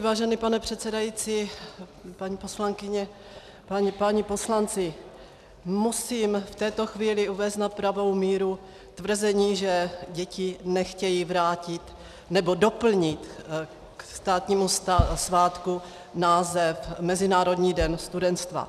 Vážený pane předsedající, paní poslankyně, páni poslanci, musím v této chvíli uvést na pravou míru tvrzení, že děti nechtějí doplnit ke státnímu svátku název Mezinárodní den studenstva.